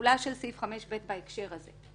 לתחולה של סעיף 5(ב) בהקשר הזה.